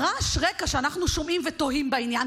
רעש הרקע שאנחנו שומעים ותוהים בעניין,